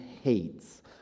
hates